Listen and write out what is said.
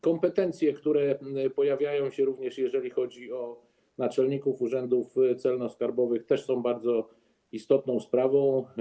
Kompetencje, które pojawią się również, jeżeli chodzi o naczelników urzędów celno-skarbowych, też są bardzo istotną sprawą.